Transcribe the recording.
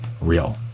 real